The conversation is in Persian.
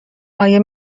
آیا